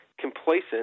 complacent